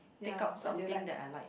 take out something that I like